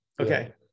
Okay